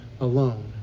alone